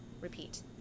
repeat